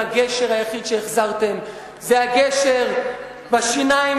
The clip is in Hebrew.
הגשר היחיד שהחזרתם זה הגשר בשיניים